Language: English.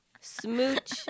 Smooch